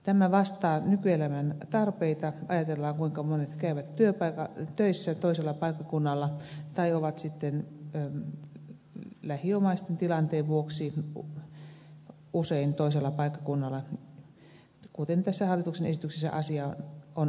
tämä vastaa nykyelämän tarpeita kun ajatellaan kuinka monet käyvät töissä toisella paikkakunnalla tai ovat sitten lähiomaisten tilanteen vuoksi usein toisella paikkakunnalla kuten tässä hallituksen esityksessä asia on aika hyvin esitetty